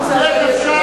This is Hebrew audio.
הם לא מסוגלים לשמוע.